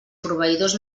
proveïdors